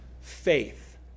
faith